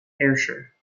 ayrshire